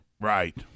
Right